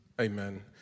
Amen